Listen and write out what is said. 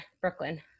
Brooklyn